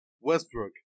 Westbrook